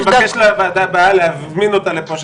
אני מבקש לוועדה הבאה להזמין אותה לפה,